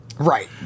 Right